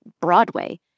Broadway